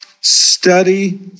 Study